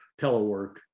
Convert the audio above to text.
telework